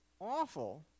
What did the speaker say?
awful